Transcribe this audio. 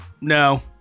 no